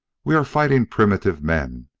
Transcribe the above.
we are fighting primitive men,